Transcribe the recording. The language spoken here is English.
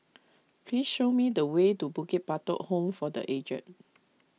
please show me the way to Bukit Batok Home for the Aged